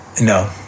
No